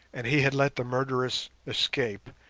and he had let the murderess escape,